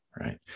right